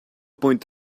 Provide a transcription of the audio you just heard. point